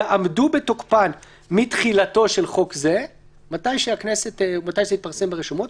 יעמדו בתוקפן מתחילתו של חוק זה - מתי שזה יתפרסם ברשומות.